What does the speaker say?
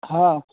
हँ